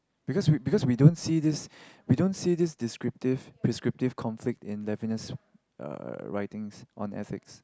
because we because we don't see this we don't see this descriptive prescriptive conflict in Levinas uh writings on ethics